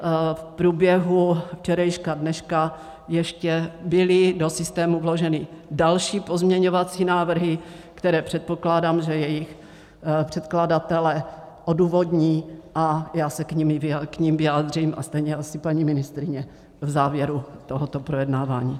V průběhu včerejška dneška ještě byly do systému vloženy další pozměňovací návrhy, které, předpokládám, jejich předkladatelé odůvodní, a já se k nim vyjádřím a stejně asi paní ministryně v závěru tohoto projednávání.